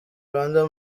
rwanda